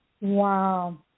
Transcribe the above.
Wow